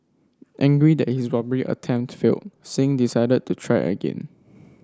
angry that his robbery attempt failed Singh decided to try again